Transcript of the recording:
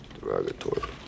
Derogatory